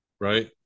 Right